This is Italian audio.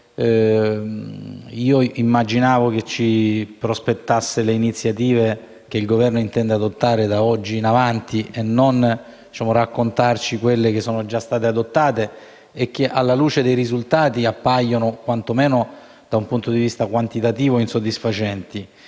immaginavo che ci prospettasse le iniziative che il Governo intende adottare da oggi in avanti e non ci raccontasse le iniziative che sono già state adottate e che appaiono, alla luce dei risultati, quantomeno da un punto di vista quantitativo, insoddisfacenti.